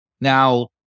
Now